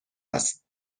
است